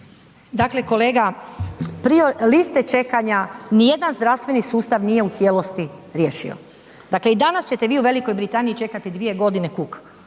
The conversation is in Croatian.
Dakle kolega, prioritetne liste čekanja nijedan zdravstveni sustav nije u cijelosti riješio. Dakle, i danas ćete vi u Velikoj Britaniji čekati 2.g. kuk